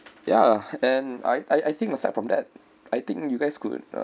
ya and I I think aside from that I think you guys could uh